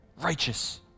righteous